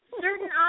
certain